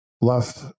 left